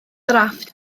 drafft